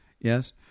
Yes